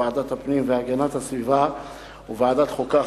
לוועדת הפנים והגנת הסביבה וועדת החוקה,